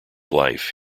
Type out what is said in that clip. life